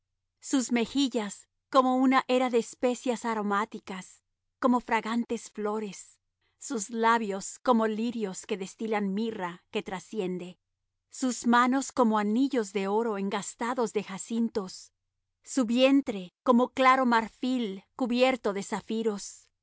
sus mejillas como una era de especias aromáticas como fragantes flores sus labios como lirios que destilan mirra que trasciende sus manos como anillos de oro engastados de jacintos su vientre como claro marfil cubierto de zafiros